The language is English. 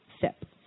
sip